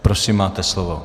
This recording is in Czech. Prosím, máte slovo.